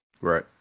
Right